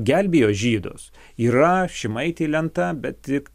gelbėjo žydus yra šimaitei lenta bet tik